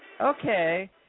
Okay